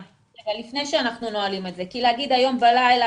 לפני שאנחנו נועלים את זה כי להגיד היום בלילה,